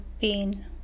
pain